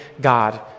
God